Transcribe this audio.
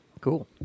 Cool